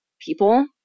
people